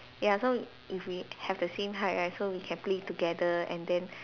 ya so if we have the same height right so we can play together and then